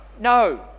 No